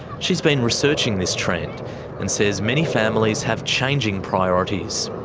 she's been researching this trend and says many families have changing priorities.